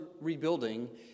rebuilding